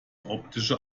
optische